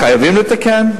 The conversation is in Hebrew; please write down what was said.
חייבים לתקן,